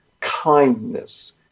kindness